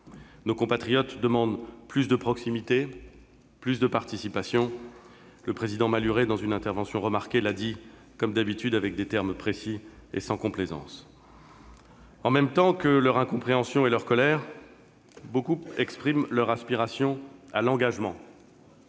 Nos compatriotes demandent plus de proximité, plus de participation. Le président Malhuret, dans une intervention remarquée, l'a dit, comme d'habitude en des termes précis et sans complaisance. En même temps que leur incompréhension et leur colère, beaucoup expriment leur aspiration à l'engagement